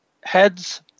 heads